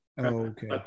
Okay